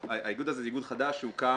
האיגוד הזה הוא איגוד חדש שהוקם